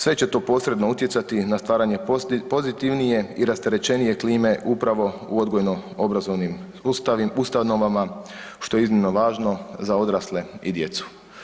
Sve će to posredno utjecati na stvaranje pozitivnije i rasterećenije klime upravo u odgojno-obrazovnim ustanovama što je iznimno važno za odrasle i djecu.